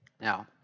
Now